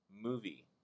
movie